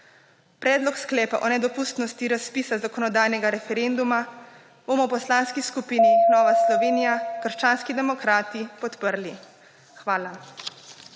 Predlog sklepa o nedopustnosti razpisa zakonodajnega referenduma bomo v Poslanski skupini Nova Slovenija – krščanski demokrati podprli. Hvala.